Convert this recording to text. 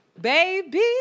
baby